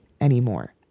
anymore